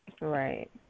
Right